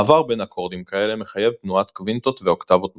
מעבר בין אקורדים כאלה מחייב תנועת קווינטות ואוקטבות מקבילה,